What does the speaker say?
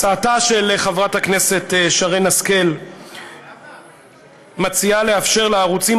בהצעתה של חברת הכנסת שרן השכל מוצע לאפשר לערוצים